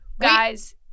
guys